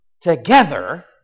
together